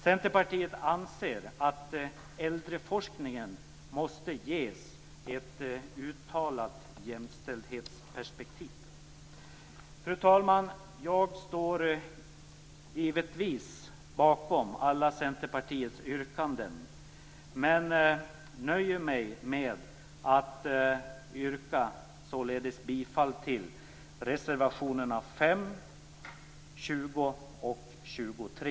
Centerpartiet anser att äldreforskningen måste ges ett uttalat jämställdhetsperpektiv. Fru talman! Jag står givetvis bakom alla Centerpartiets yrkanden, men nöjer mig med att yrka bifall till reservationerna 5, 20 och 23.